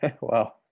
wow